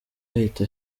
ahita